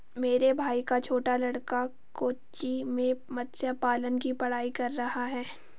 मेरे भाई का छोटा लड़का कोच्चि में मत्स्य पालन की पढ़ाई कर रहा है